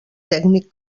tècnic